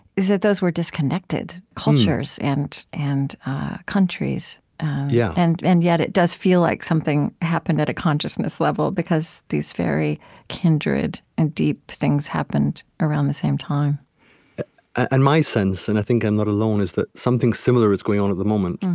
is that those were disconnected cultures and and countries yeah and and yet, it does feel like something happened at a consciousness level, because these very kindred and deep things happened around the same time and my sense, and i think i'm not alone, is that something similar is going on at the moment.